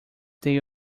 they